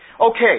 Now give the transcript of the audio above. Okay